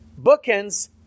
Bookends